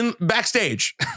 backstage